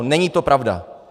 Není to pravda.